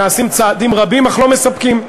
נעשים צעדים רבים, אך לא מספקים.